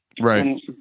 right